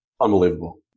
Unbelievable